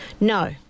No